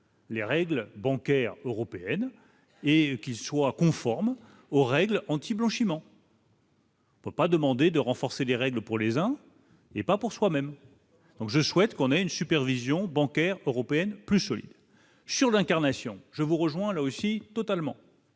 Les règles bancaires européennes et qui soient conformes aux règles anti-blanchiment. Faut pas demander de renforcer les règles pour les uns et pas pour soi-même, donc je souhaite qu'on ait une supervision bancaire européenne plus solide sur l'incarnation, je vous rejoins là-aussi totalement.